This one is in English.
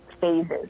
phases